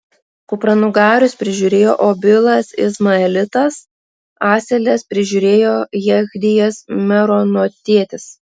kupranugarius prižiūrėjo obilas izmaelitas asiles prižiūrėjo jechdijas meronotietis